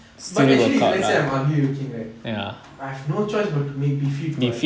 but actually if let's say I'm ugly looking right I have no choice but to make me fit [what]